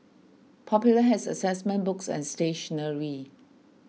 Popular has assessment books and stationery